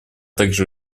также